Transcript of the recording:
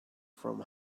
from